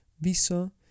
Visa